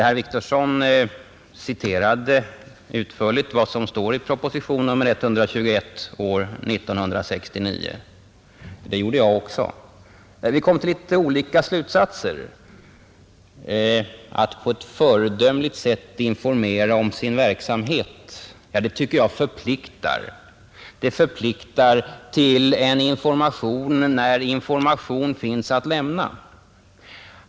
Herr Wictorsson citerade utförligt vad som står i proposition nr 121 år 1969. Det gjorde jag också, men vi kom till något olika slutsatser. Orden ”att på ett föredömligt sätt informera om sin verksamhet” tycker jag förpliktar till information när information finns att lämna.